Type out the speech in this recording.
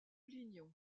lignon